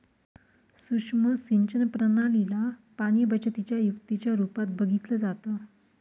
सुक्ष्म सिंचन प्रणाली ला पाणीबचतीच्या युक्तीच्या रूपात बघितलं जातं